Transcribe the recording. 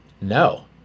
No